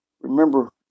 Remember